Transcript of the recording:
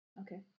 Okay